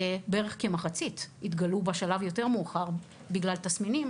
בערך כמחצית התגלו כחיוביים בשלב יותר מאוחר בגלל תסמינים.